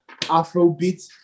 Afrobeat